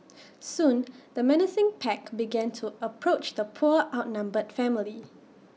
soon the menacing pack began to approach the poor outnumbered family